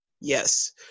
Yes